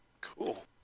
Cool